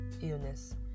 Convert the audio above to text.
illness